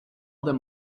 them